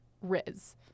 Riz